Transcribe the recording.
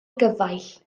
gyfaill